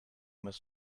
must